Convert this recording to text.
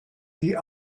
die